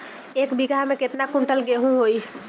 एक बीगहा में केतना कुंटल गेहूं होई?